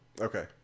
okay